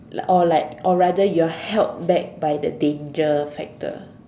or like or rather you are held back by the danger factor